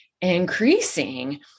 increasing